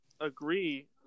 agree